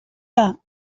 que